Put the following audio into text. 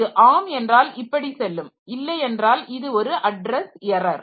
இது ஆம் என்றால் இப்படி செல்லும் இல்லை என்றால் இது ஒரு அட்ரஸ் எரர்